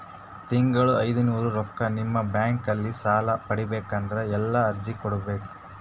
ತಿಂಗಳ ಐನೂರು ರೊಕ್ಕ ನಿಮ್ಮ ಬ್ಯಾಂಕ್ ಅಲ್ಲಿ ಸಾಲ ಪಡಿಬೇಕಂದರ ಎಲ್ಲ ಅರ್ಜಿ ಕೊಡಬೇಕು?